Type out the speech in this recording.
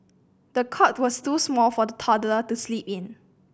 the cot was too small for the toddler to sleep in